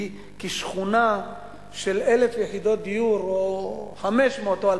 כי שכונה של 1,000 יחידות דיור או 500 או 2,000,